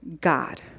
God